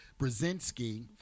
Brzezinski